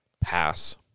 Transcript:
Pass